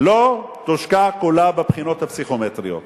לא תושקע כולה בבחינות הפסיכומטריות.